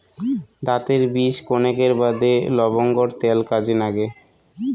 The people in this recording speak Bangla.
দাতের বিষ কণেকের বাদে লবঙ্গর ত্যাল কাজে নাগে